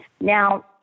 Now